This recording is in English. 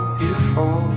beautiful